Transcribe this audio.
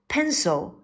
Pencil